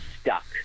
stuck